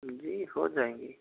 जी हो जाएंगी